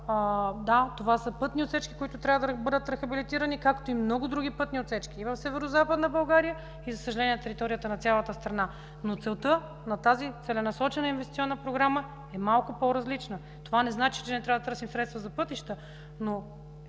Враца, това са пътни отсечки, които трябва да бъдат рехабилитирани, както и много други пътни отсечки и в Северозападна България, и, за съжаление, на територията на цялата страна. Но целта на тази целенасочена инвестиционна програма е малко по-различна. Това не значи, че не трябва да търсим средства за пътища, но